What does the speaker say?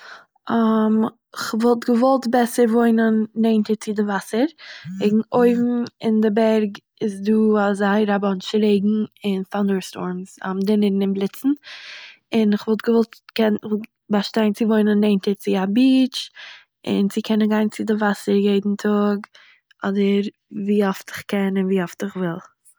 כ'וואלט געוואלט בעסער וואוינען נענטער צו די וואסער וועגן אויבן אין די בערג איז דא אזוי באנטש אוו רעגן און ט'אנדער סטורמס, דונערן און בליצן, און כ'וואלט געוואלט גערן באשטיין צו וואוינען נענטער צו א ביטש צו קענען גיין אין די וואסער יעדן טאג אדער ווי אפט איך קען און ווי אפט איך וויל